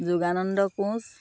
Yogananda Koch